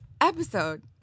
episode